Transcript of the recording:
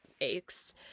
aches